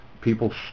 people